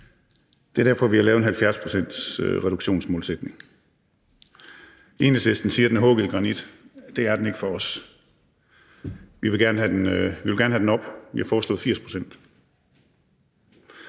det er derfor, vi har lavet en 70-procentsreduktionsmålsætning. Enhedslistens ordfører siger, at den er hugget i granit – det er den ikke for os. Vi vil gerne have den op, og vi har foreslået 80